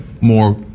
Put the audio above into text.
more